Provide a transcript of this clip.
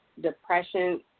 depression